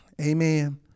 amen